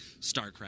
StarCraft